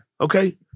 Okay